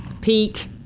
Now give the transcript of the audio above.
Pete